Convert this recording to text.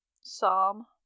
Psalm